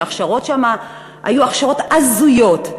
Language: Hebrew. שההכשרות שם היו הכשרות הזויות,